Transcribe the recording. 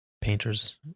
painters